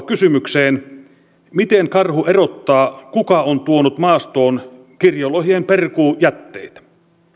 kysymykseen miten karhu erottaa kuka on tuonut maastoon kirjolohien perkuujätteitä